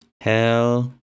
Hell